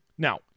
Now